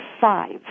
five